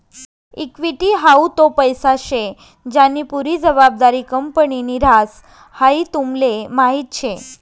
equity हाऊ तो पैसा शे ज्यानी पुरी जबाबदारी कंपनीनि ह्रास, हाई तुमले माहीत शे